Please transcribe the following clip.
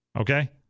Okay